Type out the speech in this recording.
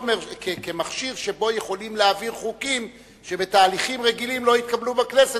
מכשיר שבו יכולים להעביר חוקים שבתהליכים רגילים לא יתקבלו בכנסת,